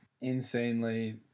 insanely